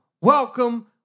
welcome